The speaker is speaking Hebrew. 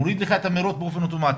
מוריד לך את המהירות באופן אוטומטי.